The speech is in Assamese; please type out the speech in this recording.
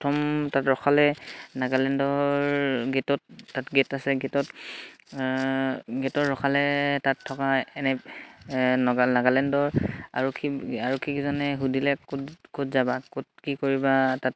প্ৰথম তাত ৰখালে নাগালেণ্ডৰ গেটত তাত গেট আছে গেটত গেটৰ ৰখালে তাত থকা এনে নাগালেণ্ডৰ আৰক্ষী আৰক্ষীকেইজনে সুধিলে ক'ত ক'ত যাবা ক'ত কি কৰিবা তাত